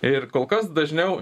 ir kol kas dažniau